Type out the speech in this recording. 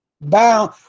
Bound